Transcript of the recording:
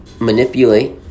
manipulate